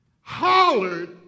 hollered